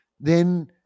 then-